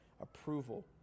approval